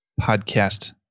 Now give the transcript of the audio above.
podcast